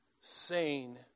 sane